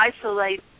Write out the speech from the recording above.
isolate